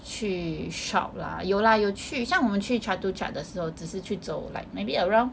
去 shop lah 有啦有去像我们去 chatuchak 的时候只是去走 like maybe around